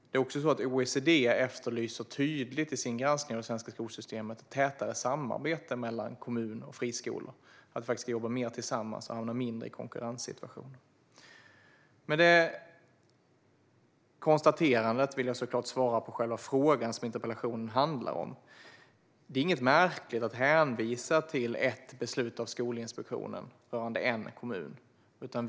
OECD efterlyser också tydligt i sin granskning av skolsystemet ett tätare samarbete mellan kommuner och friskolor, att de ska jobba mer tillsammans och hamna mindre i konkurrenssituationer. Med detta konstaterande vill jag såklart svara på själva frågan som interpellationen handlar om. Det är inget märkligt att hänvisa till ett beslut av Skolinspektionen rörande en kommun.